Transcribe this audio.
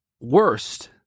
worst